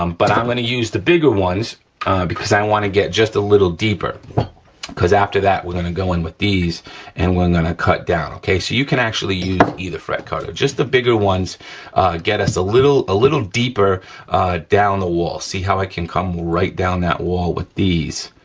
um but i'm gonna use the bigger ones because i wanna get just a little deeper cause after that we're gonna go in with these and we're gonna cut down, okay? so you can actually use either fret cutter, just the bigger ones get us a little deeper down the walls, see how i can come right down that wall with these,